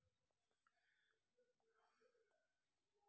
బంగారు ఆభరణాలు తాకట్టు మీద దీర్ఘకాలిక ఋణాలు మంజూరు చేస్తారా?